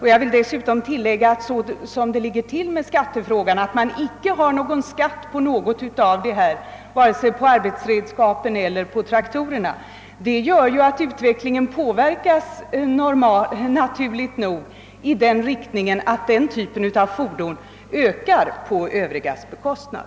Sedan vill jag tillägga att eftersom ingen skatt utgår på vare sig motorredskap eller traktorer påverkas utvecklingen naturligt nog i den riktningen att denna typ av fordon ökar på övriga fordons bekostnad.